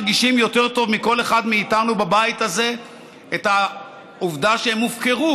מרגישים יותר טוב מכל אחד מאיתנו בבית הזה את העובדה שהם הופקרו,